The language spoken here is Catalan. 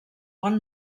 bon